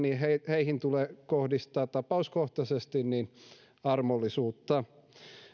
heihin tulee kohdistaa tapauskohtaisesti armollisuutta